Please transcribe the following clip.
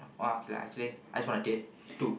!wah! okay lah actually I just wanna tell two